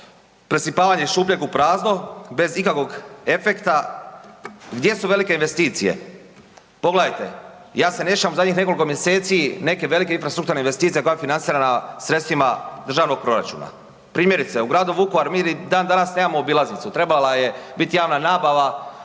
presipavanje iz šupljeg u prazno, bez ikakvog efekta, gdje su velike investicije? Pogledajte, ja se ne sjećam u zadnjih nekoliko mjeseci neke velike infrastrukturne investicije koja je financirana sredstvima državnog proračuna. Primjerice, u gradu Vukovaru, mi i dandanas nemamo obilaznicu, trebala je biti javna nabava